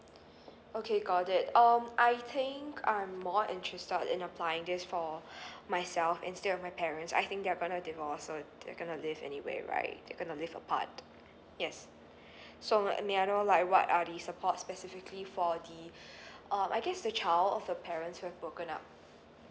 okay got it um I think I'm more interested in applying this for myself instead of my parents I think they're gonna divorce so you gonna live anywhere right you gonna live apart yes so like may I know like what are the support specifically for the um I guess the child of the parents who have broken up